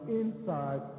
inside